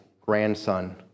grandson